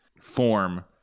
form